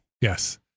Yes